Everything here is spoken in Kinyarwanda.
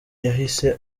yahise